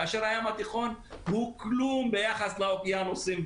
כאשר הים התיכון הוא כלום ביחס לאוקיינוסים,